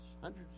Hundreds